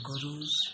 gurus